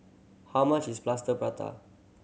how much is Plaster Prata